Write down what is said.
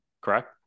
correct